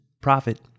profit